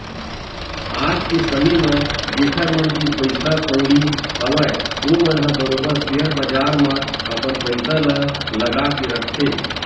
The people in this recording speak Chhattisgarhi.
आज के समे म जेखर मन तीर पइसा कउड़ी हवय ओमन ह बरोबर सेयर बजार म अपन पइसा ल लगा के रखथे